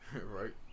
right